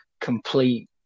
complete